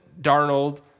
Darnold